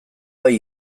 bai